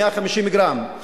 150 גרם,